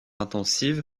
intensive